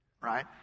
right